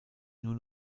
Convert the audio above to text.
nur